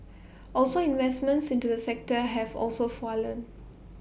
also investments into the sector have also fallen